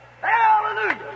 Hallelujah